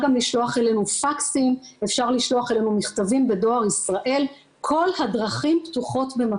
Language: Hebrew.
בינתיים אני לא משתמשת בכלום כי אני לא יודעת כמה הביטוח הלאומי',